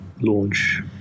launch